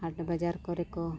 ᱦᱟᱴ ᱵᱟᱡᱟᱨ ᱠᱚᱨᱮ ᱠᱚ